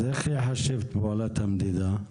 אז איך ייחשבו את פעולת המדידה?